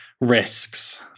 risks